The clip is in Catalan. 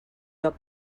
joc